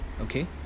okay